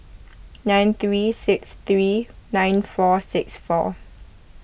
nine three six three nine four six four